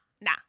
nah